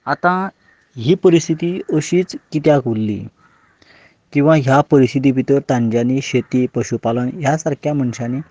आतां ही परिस्थिती अशीच कित्याक उरली किंवा ह्या परिस्थिती भितर तांणी शेती पशुपालन ह्या सारक्या मनशांनी